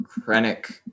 Krennic